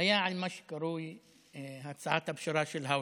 היה על מה שקרוי הצעת הפשרה של האוזר,